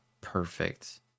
perfect